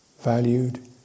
valued